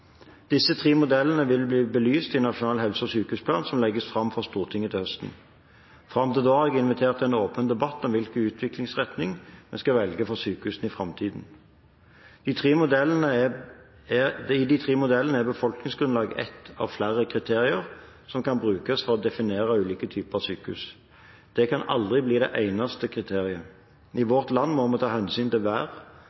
Disse tre modellene vil bli belyst i Nasjonal helse- og sykehusplan som legges fram for Stortinget til høsten. Fram til da har jeg invitert til en åpen debatt om hvilken utviklingsretning vi skal velge for sykehusene i framtiden. I de tre modellene er befolkningsgrunnlaget ett av flere kriterier som kan brukes for å definere ulike typer sykehus. Det kan aldri bli det eneste kriteriet. I vårt land må vi ta hensyn til